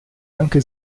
anche